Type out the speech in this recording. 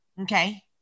okay